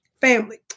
family